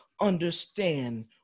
understand